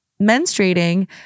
menstruating